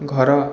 ଘର